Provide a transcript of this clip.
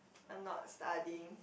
I am not studying